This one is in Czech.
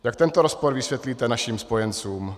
Jak tento rozpor vysvětlíte našim spojencům?